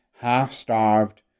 half-starved